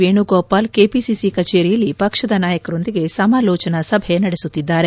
Venugopal KPCC ಕಚೇರಿಯಲ್ಲಿ ಪಕ್ಷದ ನಾಯಕರೊಂದಿಗೆ ಸಮಾಲೋಚನಾ ಸಭೆ ನಡೆಸುತ್ತಿದ್ದಾರೆ